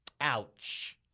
Ouch